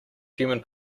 human